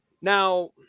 Now